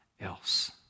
else